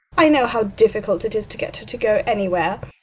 i know how difficult it is to get her to go anywhere.